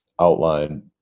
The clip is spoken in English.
outline